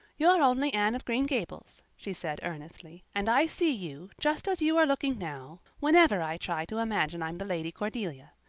you're only anne of green gables, she said earnestly, and i see you, just as you are looking now, whenever i try to imagine i'm the lady cordelia.